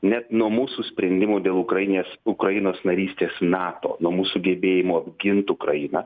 net nuo mūsų sprendimų dėl ukrainės ukrainos narystės nato nuo mūsų gebėjimo apgint ukrainą